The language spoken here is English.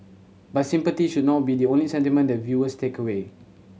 but sympathy should not be the only sentiment that viewers take away